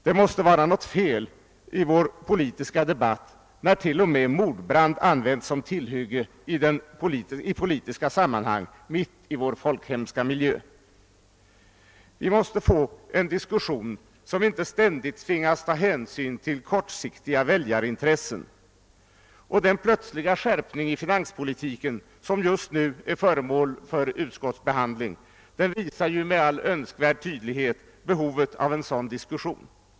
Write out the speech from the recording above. Det måste vara fel i vår politiska debatt när t.o.m. mordbrand används som tillhygge i politiska sammanhang mitt i vår folkhemska miljö. Vi måste få en diskussion som inte ständigt tvingar oss ta hänsyn till kortsiktiga väljarintressen. Och den plötsliga skärpning i finanspolitiken som just nu är föremål för utskottsbehandling visar ju med all önskvärd tydlighet behovet av en sådan diskussion.